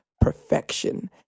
perfection